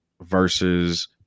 versus